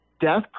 death